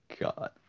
god